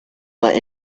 went